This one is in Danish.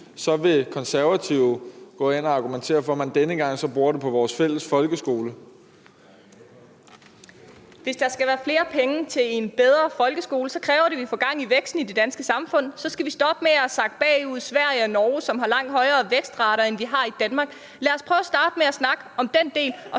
(Christian Juhl): Værsgo. Kl. 19:46 Mette Abildgaard (KF): Hvis der skal være flere penge til en bedre folkeskole, kræver det, at vi får gang i væksten i det danske samfund og holder op med at sakke bagud i forhold til Sverige og Norge, som har langt højere vækstrater, end vi har i Danmark. Lad os prøve at starte med at snakke om den del,